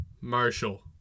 Marshall